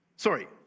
Sorry